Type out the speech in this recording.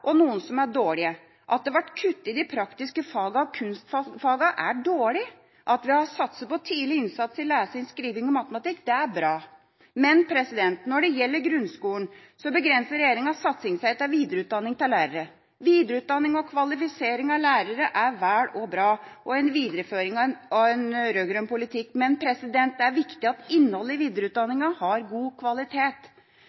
Kunnskapsløftet, noen som er bra, og noen som er dårlige. At det ble kuttet i de praktiske fagene og kunstfagene, er dårlig. At vi har satset på tidlig innsats i lesing, skriving og matematikk, er bra. Men når det gjelder grunnskolen, begrenser regjeringas satsing seg til videreutdanning av lærere. Videreutdanning og kvalifisering av lærere er vel og bra og en videreføring av rød-grønn politikk, men det er viktig at innholdet i